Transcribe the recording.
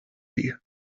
dia